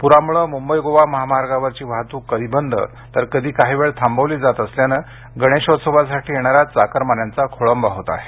पुरामुळे मुंबई गोवा महामार्गावरची वाहतूक कधी बंद तर कधी काही वेळ थांबविली जात असल्यानं गणेशोत्सवासाठी येणाऱ्या चाकरमान्यांचा खोळंबा होत आहे